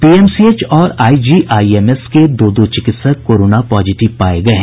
PMCH और IGIMS के दो दो चिकित्सक कोरोना पॉजिटिव पाये गये हैं